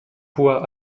pouvoir